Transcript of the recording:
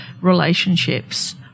relationships